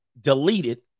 deleted